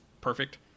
perfect